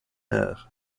air